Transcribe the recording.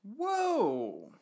Whoa